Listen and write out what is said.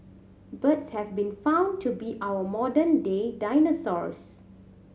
birds have been found to be our modern day dinosaurs